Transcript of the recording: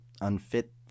unfit